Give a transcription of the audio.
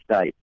state